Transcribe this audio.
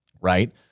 Right